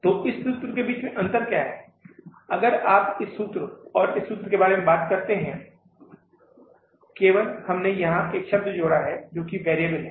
तो इस सूत्र के बीच अंतर क्या है अगर आप इस सूत्र और इस सूत्र के बारे में बात करते हैं केवल हमने यहां शब्द जोड़ा है जो कि वेरिएबल है